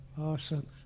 Awesome